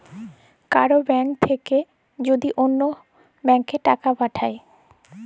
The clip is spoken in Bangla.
কারুর ব্যাঙ্ক থাক্যে যদি ওল্য ব্যাংকে টাকা পাঠায়